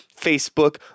Facebook